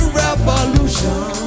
revolution